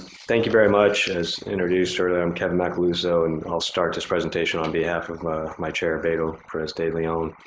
thank you very much. as introduced earlier, i'm kevin macaluso. and i'll start this presentation on behalf of my chair, beto perez de leon.